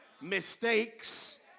mistakes